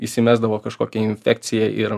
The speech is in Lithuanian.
įsimesdavo kažkokia infekcija ir